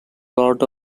lord